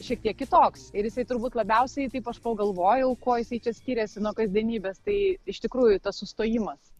šiek tiek kitoks ir jisai turbūt labiausiai taip aš pagalvojau kuo jisai čia skiriasi nuo kasdienybės tai iš tikrųjų tas sustojimas